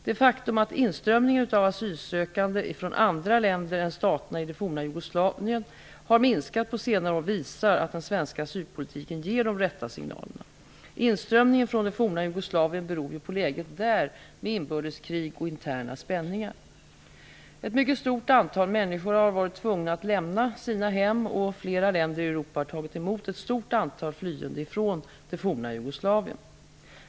Det faktum att inströmningen av asylsökande från andra länder än staterna i det forna Jugoslavien har minskat på senare år visar att den svenska asylpolitiken ger de rätta signalerna. Inströmningen från det forna Jugoslavien beror ju på läget där, med inbördeskrig och interna spänningar. Ett mycket stort antal människor har varit tvungna att lämna sina hem, och flera länder i Europa har tagit emot ett stort antal flyende från det forna Jugoslavien.